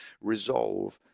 resolve